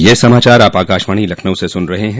ब्रे क यह समाचार आप आकाशवाणी लखनऊ से सुन रहे हैं